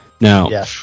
Now